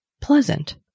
pleasant